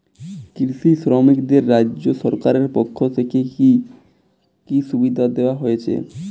কৃষি শ্রমিকদের রাজ্য সরকারের পক্ষ থেকে কি কি সুবিধা দেওয়া হয়েছে?